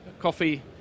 Coffee